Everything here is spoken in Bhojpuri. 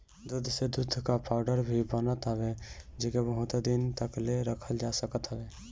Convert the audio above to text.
दूध से दूध कअ पाउडर भी बनत हवे जेके बहुते दिन तकले रखल जा सकत हवे